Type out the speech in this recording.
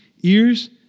Ears